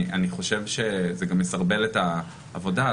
אני חושב שזה גם מסרבל את העבודה,